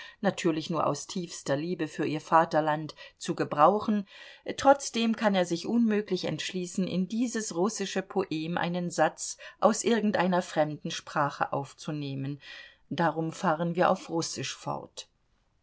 natürlich nur aus tiefster liebe für ihr vaterland zu gebrauchen trotzdem kann er sich unmöglich entschließen in dieses russische poem einen satz aus irgendeiner fremden sprache aufzunehmen darum fahren wir auf russisch fort